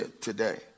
today